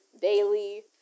daily